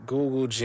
Google